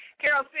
Carol